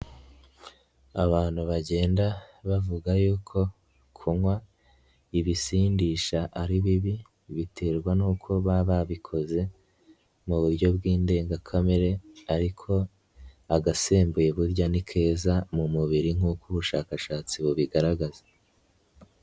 Abantu bagenda bavuga yuko kunywa ibisindisha ari bibi biterwa n'uko baba babikoze mu buryo bw'indengakamere ariko agasembuye burya ni keza mu mubiri nk'uko ubushakashatsi bubigaragaza.